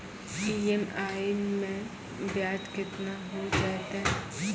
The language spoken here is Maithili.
ई.एम.आई मैं ब्याज केतना हो जयतै?